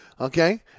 okay